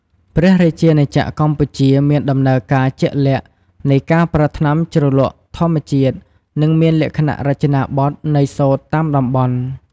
ព្រះរាជាណាចក្រកម្ពុជា មានដំណើរការជាក់លាក់នៃការប្រើថ្នាំជ្រលក់ធម្មជាតិ និងមានលក្ខណៈរចនាបថនៃសូត្រតាមតំបន់។